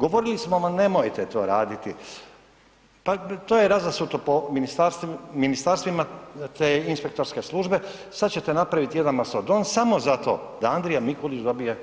Govorili smo, ma nemojte to raditi, pa to je razasuto po ministarstvima te inspektorske službe, sad ćete napraviti jedan masodon samo zato da Andrija Mikulić dobije